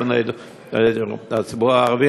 הציבור הערבי,